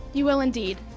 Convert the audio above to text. you will, indeed.